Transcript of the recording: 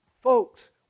Folks